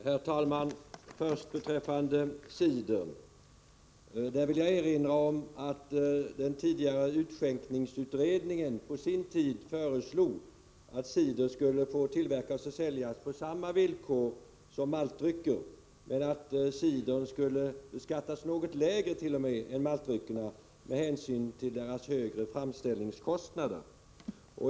Herr talman! Först vill jag beträffande cider erinra om att utskänkningsutredningen på sin tid föreslog att cider skulle få tillverkas och säljas på samma villkor som maltdrycker men att cidern skulle beskattas t.o.m. något lägre än maltdryckerna med hänsyn till dess högre framställningskostnader.